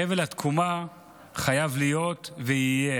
חבל התקומה חייב להיות ויהיה